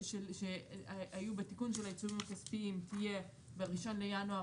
היו בתיקון של העיצומים הכספיים תהיה בראשון לינואר